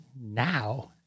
now